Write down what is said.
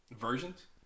versions